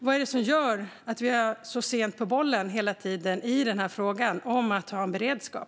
Vad är det som gör att vi hela tiden är så sena på bollen i frågan om att ha en beredskap?